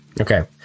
Okay